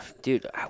dude